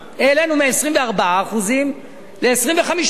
העלינו מ-24% ל-25%.